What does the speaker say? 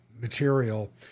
material